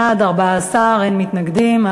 בעד, 14, אין מתנגדים.